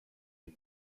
les